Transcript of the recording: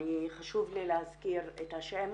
וחשוב לי להזכיר את השם